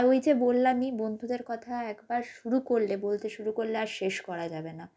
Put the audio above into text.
ওই যে বললামই বন্ধুদের কথা একবার শুরু করলে বলতে শুরু করলে আর শেষ করা যাবে না